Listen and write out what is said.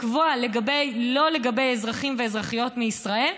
לקבוע לא לגבי אזרחים ואזרחיות מישראל,